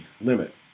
limit